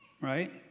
Right